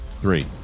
three